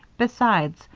besides,